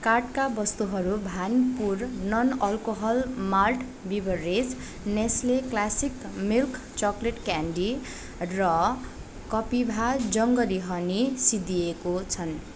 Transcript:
कार्टका वस्तुहरू Bhanpur non alcohol malt beverage Nestle classic milk chocolate candy र कपिभा जङ्गली हनी सिद्धिएको छन्